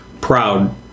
proud